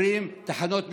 אומרים תחנות משטרה,